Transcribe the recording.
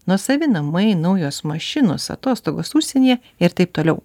nuosavi namai naujos mašinos atostogos užsienyje ir taip toliau